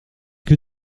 que